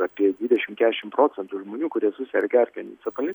apie dvidešim kešim procentų žmonių kurie suserga erkiniu encefali